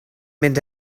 mynd